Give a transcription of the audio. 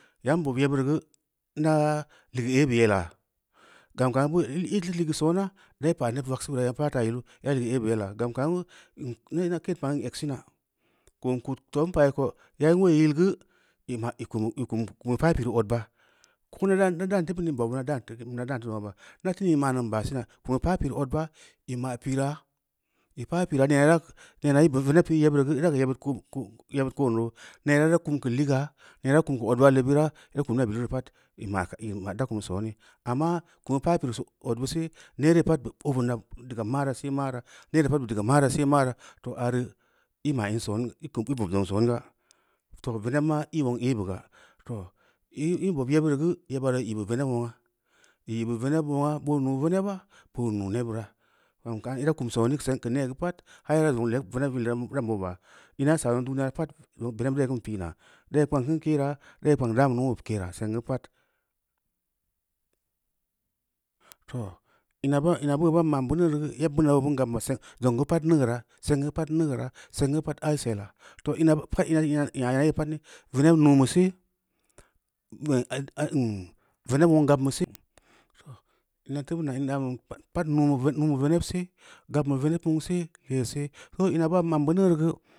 Yan bob yebbu reu geu inaaa ligeu aibe yala, gam kaa beu ireu ligeu soma dai pa’a neb vagseu bira yai paa taa yilu, da ire ligeu aibe yda gam kaam geu nee ma keen pa’n geu n eg sina, ko n kud too, n pa’i ko yai uleui yil geu ima, i kum i kum i paa pireu odba, ko nda dan teu bino n bau bina dan teu kin bina dan teu zongu ba, na deu in ma’n neu n baa sina, kum i paa pireu odba i ma’ pira i paa piraa neena ira neen veneb pi’i yebbireu geu ira geu yebbid ko’n yebbid ko’n nau neena iru kum geu ligaa neena ira kum keu adulabe bira ira kumimi obbilu reu pad, ena kan ela kum sooni, amma kum i paa pireu odbusu neere pad ba obina daga mara se mara neera pad daga mara se mara, to, are i ma- in soon i bob zong soon ga, to veneb ma i nulong eibe ga, to i bob yebbireu geu yeba reu i i’ bu veneb nuungna, i nyi bu veneb muangna boo mu veneba boo nuu nebura, gam kaani ira kum sooni sang keu nee geu pad har ira zong legu veneb ligeu ran boba ina i saa zong duniya reu pad veneb dai kin pi’na, dai kpang kin keera dai kpang dan bu numa beu keera, song geu pad. To, ina beu ban ma’n beuneu reu yebbina bin gabin ma seng, zong geu pad neugeura, zong geu pad neugeura, seng geu pad alsela, too ina pad ina nya ina yee ni, veneb nuun beu see, immm veneb nulong gabbu se, too, ina da lium pad naunbeu veneb se, gabmbeu veneb neceug se, leesee, bong in buneu ma’n beuneu reu geu.